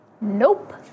Nope